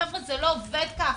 חבר'ה, זה לא עובד ככה.